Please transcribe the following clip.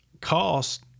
cost